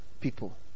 people